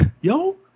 Yo